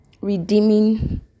redeeming